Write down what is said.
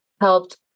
helped